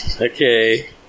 Okay